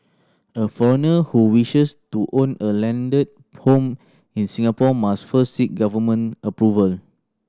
a foreigner who wishes to own a landed home in Singapore must first seek government approval